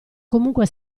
comunque